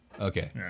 Okay